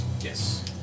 Yes